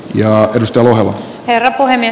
ja aateliston ohella eero ojanen